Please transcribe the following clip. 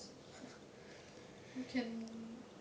we can